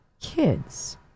kids